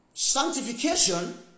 Sanctification